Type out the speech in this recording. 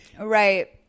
right